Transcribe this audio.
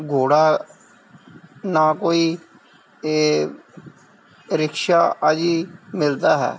ਘੋੜਾ ਨਾ ਕੋਈ ਇਹ ਰਿਕਸ਼ਾ ਆ ਜੀ ਮਿਲਦਾ ਹੈ